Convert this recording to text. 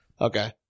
okay